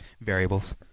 variables